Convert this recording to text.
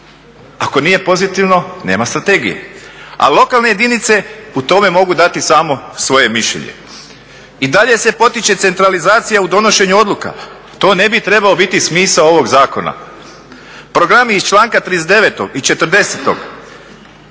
Ako nije pozitivno nema strategije. A lokalne jedinice u tome mogu dati samo svoje mišljenje. I dalje se potiče centralizacija u donošenju odluka, to ne bi treba biti smisao ovog zakona. Programi iz članka 39. i 40.,